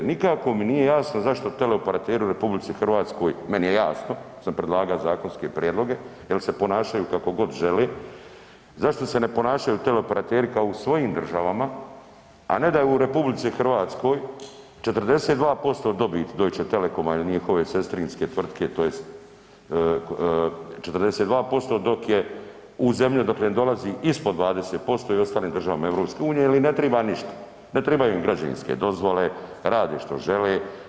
Nikako mi nije jasno zašto teleoperateri u RH, meni je jasno jel sam predlagao zakonske prijedloge jer se ponašaju kako god žele, zašto se ne ponašaju teleoperateri kao i u svojim državama, a ne da u RH 42% dobiti Deutsche telekoma ili njihove sestrinske tvrtke tj. 42% u zemlje odakle im dolazi ispod 20% i ostane državama EU ili ne triba ništa, ne trebaju im građevinske dozvole, rade što žele.